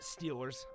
Steelers